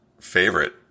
favorite